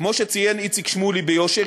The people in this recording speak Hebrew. כמו שציין איציק שמולי ביושר,